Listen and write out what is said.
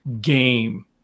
game